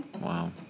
Wow